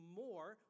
more